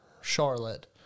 Charlotte